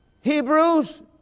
Hebrews